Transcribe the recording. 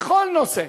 בכל נושא.